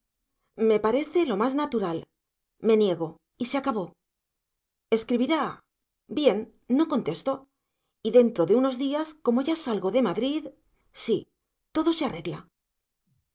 me parece lo más natural me niego y se acabó escribirá bien no contesto y dentro de unos días como ya salgo de madrid sí todo se arregla